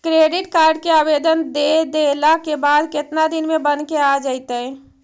Credit card के आवेदन दे देला के बाद केतना दिन में बनके आ जइतै?